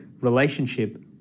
relationship